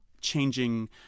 changing